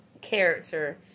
character